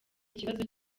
ikibazo